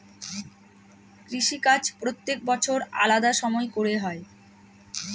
কৃষিকাজ প্রত্যেক বছর আলাদা সময় করে হয়